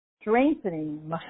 strengthening